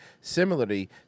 similarly